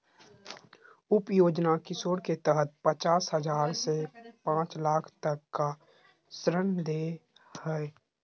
उप योजना किशोर के तहत पचास हजार से पांच लाख तक का ऋण दे हइ